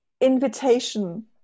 invitation